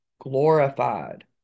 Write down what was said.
glorified